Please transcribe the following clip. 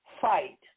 fight